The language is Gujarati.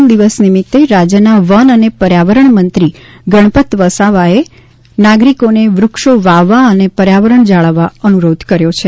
આજે વિશ્વ વન દિવસ નિમિત્તે રાજ્યના વન અને પર્યાવરણ મંત્રી ગણપત વસાવાએ નાગરિકોને વૃક્ષો વાવવા અને પર્યાવરણ જાળવા અનુરોધ કર્યો છે